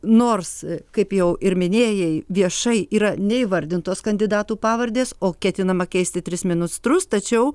nors kaip jau ir minėjai viešai yra neįvardintos kandidatų pavardės o ketinama keisti tris ministrus tačiau